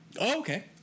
okay